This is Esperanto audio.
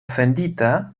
fendita